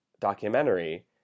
documentary